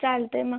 चालत आहे मग